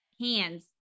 hands